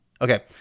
Okay